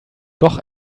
doch